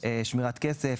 שמירת כסף,